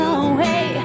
away